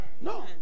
no